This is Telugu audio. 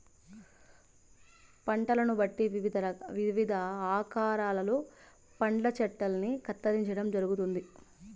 పంటలను బట్టి వివిధ ఆకారాలలో పండ్ల చెట్టల్ని కత్తిరించడం జరుగుతుంది